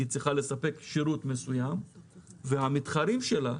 ואילו למתחרים שלה,